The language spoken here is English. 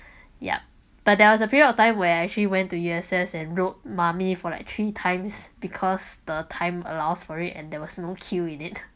yup but there was a period of time where I actually went to U_S_S and rode mummy for like three times because the time allows for it and there was no queue in it